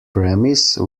premise